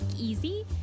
easy